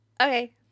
Okay